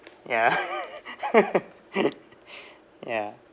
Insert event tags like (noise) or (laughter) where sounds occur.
ya (laughs) ya